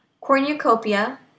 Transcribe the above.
cornucopia